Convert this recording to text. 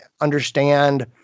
understand